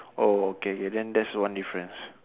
oh okay K then that's one difference